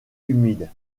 humides